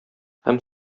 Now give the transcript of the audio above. һәм